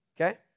Okay